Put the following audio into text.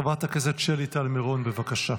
חברת הכנסת שלי טל מירון, בבקשה.